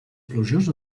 plujós